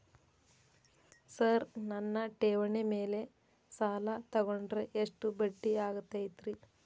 Sir ನನ್ನ ಠೇವಣಿ ಮೇಲೆ ಸಾಲ ತಗೊಂಡ್ರೆ ಎಷ್ಟು ಬಡ್ಡಿ ಆಗತೈತ್ರಿ?